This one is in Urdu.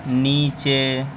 نیچے